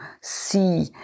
see